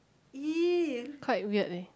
quite weird leh